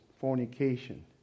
fornication